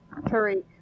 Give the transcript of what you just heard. Tariq